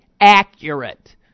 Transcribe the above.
accurate